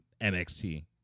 NXT